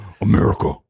America